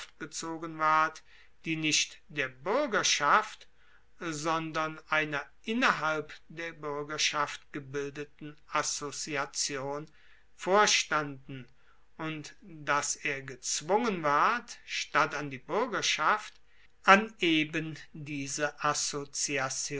gezogen ward die nicht der buergerschaft sondern einer innerhalb der buergerschaft gebildeten assoziation vorstanden und dass er gezwungen ward statt an die buergerschaft an eben diese assoziation